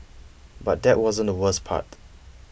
but that wasn't the worst part